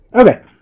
Okay